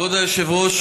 כבוד היושבת-ראש,